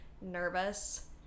nervous